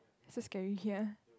so scary ya